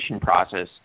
process